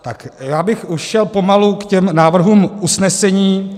Tak já bych už šel pomalu k těm návrhům usnesení.